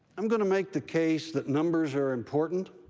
i'm going to make the case that numbers are important.